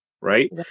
right